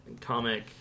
comic